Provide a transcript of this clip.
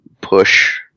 push